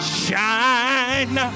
shine